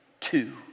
Two